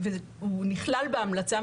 הוא נכלל בהמלצה,